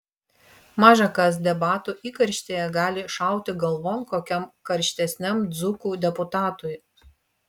maža kas debatų įkarštyje gali šauti galvon kokiam karštesniam dzūkų deputatui